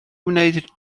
wneud